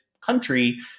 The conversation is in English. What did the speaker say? country